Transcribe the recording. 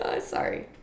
sorry